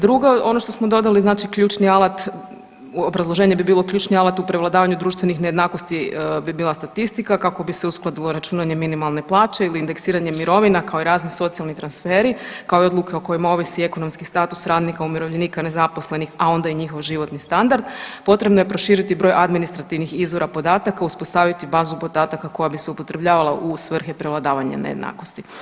Drugo, ono što smo dodali znači ključni alat obrazloženje bi bilo, ključni alat u prevladavanju društvenih nejednakosti bi bila statistika kako bi se uskladilo računanje minimalne plaće ili indeksiranje mirovina kao i razni socijalni transferi, kao i odluke o kojima ovisi ekonomski status radnika, umirovljenika, nezaposlenih, a onda i njihov životni standard potrebno je proširiti broj administrativnih izvora podataka, uspostaviti bazu podataka koja bi se upotrebljavala u svrhu prevladavanja nejednakosti.